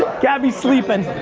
gabby's sleeping.